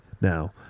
now